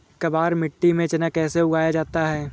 काबर मिट्टी में चना कैसे उगाया जाता है?